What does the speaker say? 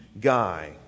guy